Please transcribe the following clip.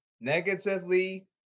negatively